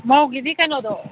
ꯃꯧꯒꯤꯗꯤ ꯀꯩꯅꯣꯗꯣ